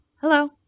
hello